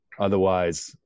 Otherwise